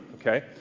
okay